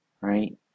right